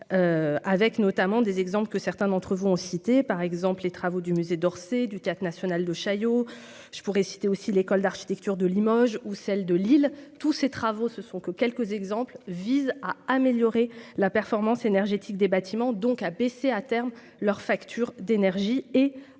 avec notamment des exemples que certains d'entre vous citer par exemple les travaux du musée d'Orsay du Théâtre national de Chaillot, je pourrais citer aussi l'école d'architecture de Limoges ou celle de Lille, tous ces travaux se sont que quelques exemples, vise à améliorer la performance énergétique des bâtiments donc baisser à terme leur facture d'énergie et à